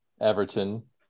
everton